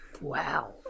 wow